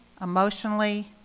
emotionally